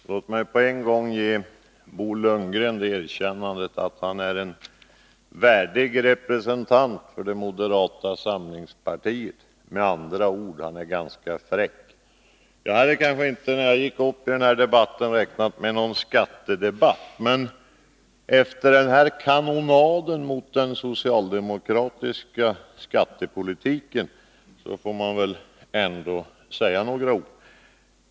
Herr talman! Låt mig på en gång ge Bo Lundgren erkännandet att han är en värdig representant för det moderata samlingspartiet, med andra ord han är ganska fräck. Jag hade inte, när jag gick upp i den här debatten, räknat med en skattedebatt. Men efter den här kanonaden mot den socialdemokratiska skattepolitiken får man väl ändå säga några ord.